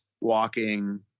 walking